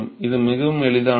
இது மிகவும் எளிதானது